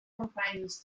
comprises